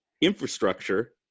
infrastructure